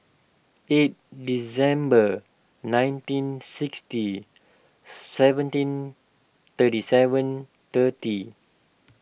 eight December nineteen sixty seventeen thirty seven thirty